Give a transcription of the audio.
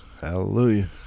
Hallelujah